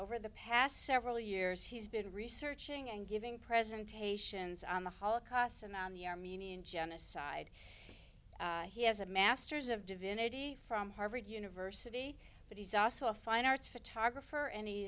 over the past several years he's been researching and giving presentations on the holocaust and on the armenian genocide he has a masters of divinity from harvard university but he's also a fine arts photographer an